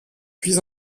puis